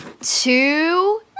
Two